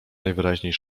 najwyraźniej